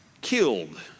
killed